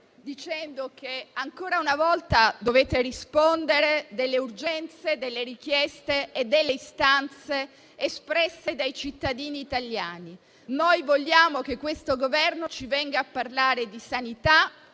dicendo, ancora una volta, che dovete rispondere delle urgenze, delle richieste e delle istanze espresse dai cittadini italiani. Noi vogliamo che il Governo ci venga a parlare di sanità,